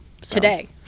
today